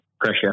pressure